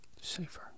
safer